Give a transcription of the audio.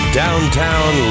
downtown